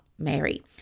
Mary